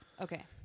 Okay